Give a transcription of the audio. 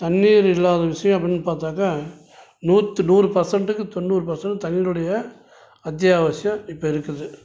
தண்ணீர் இல்லாத விஷயம் அப்படின்னு பார்த்தாக்கா நூத் நூறு பர்சண்ட்டுக்குத் தொண்ணூறு பர்சண்ட் தண்ணீருடைய அத்தியாவசியம் இப்போ இருக்குது